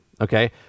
okay